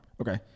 Okay